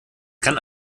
kann